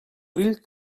grill